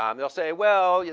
um they'll say, well, yeah